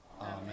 Amen